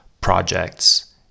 projects